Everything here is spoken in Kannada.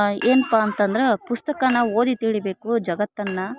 ಏನ್ಪಾ ಅಂತಂದ್ರ ಪುಸ್ತಕನ ಓದಿ ತಿಳಿಬೇಕು ಜಗತ್ತನ್ನ